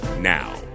Now